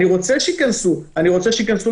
אני רוצה שייכנסו, אני רוצה שייכנסו